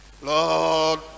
Lord